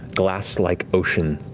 glass-like ocean.